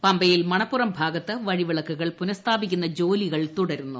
പമ്പയിൽ മണപ്പുറം ഭാഗത്തു വഴിവിളക്കുകൾ പുനഃസ്ഥാപിക്കുന്ന ജോലികൾ തുടരുന്നു